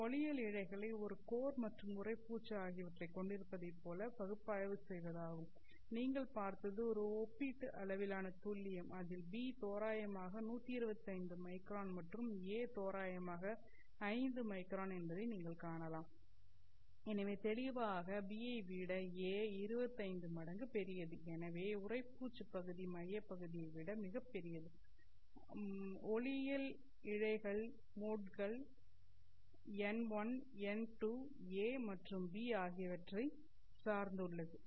இது ஒளியியல் இழைகளை ஒரு கோர் மற்றும்உறைப்பூச்சு ஆகியவற்றைக் கொண்டிருப்பதைப் போல பகுப்பாய்வு செய்வதாகும் நீங்கள் பார்த்தது ஒரு ஒப்பீட்டு அளவிலான துல்லியம் அதில் b தோராயமாக 125 மைக்ரான் மற்றும் a தோராயமாக 5 மைக்ரான் என்பதை நீங்கள் காணலாம் எனவே தெளிவாக b ஐ விட a 25 மடங்கு பெரியது எனவே உறைப்பூச்சு பகுதி மைய பகுதியை விட மிகப் பெரியது ஒளியியல் இழைகள் மோட்கள் n1 n2 a மற்றும் b ஆகியவற்றை சார்ந்துள்ளது